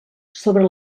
sobre